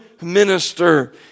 minister